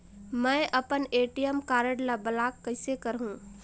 मै अपन ATM card ल ब्लाक कइसे करहूं?